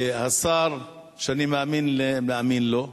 שהשר שאני מאמין לו,